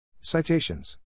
citations